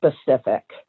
specific